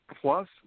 plus